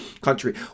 country